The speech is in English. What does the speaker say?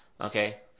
okay